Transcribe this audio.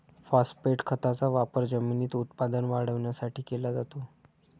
phosphate खताचा वापर जमिनीत उत्पादन वाढवण्यासाठी केला जातो